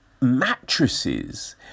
Mattresses